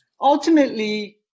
Ultimately